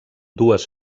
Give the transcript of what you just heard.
dues